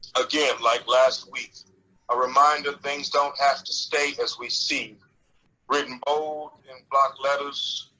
again, like last week a reminder things don't have to stay as we see written, old and block letters.